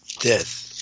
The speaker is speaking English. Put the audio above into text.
death